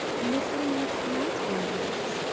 mislead night-wanderers,